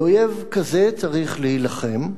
באויב כזה צריך להילחם,